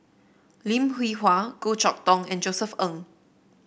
Lim Hwee Hua Goh Chok Tong and Josef Ng